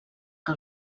que